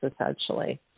essentially